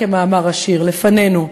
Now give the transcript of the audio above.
לפנינו,